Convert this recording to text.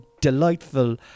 delightful